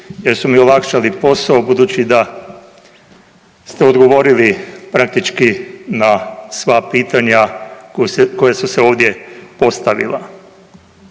jer su mi olakšali posao budući da ste odgovorili praktički na sva pitanja koja su se ovdje postavila.